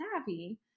savvy